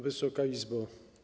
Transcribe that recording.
Wysoka Izbo!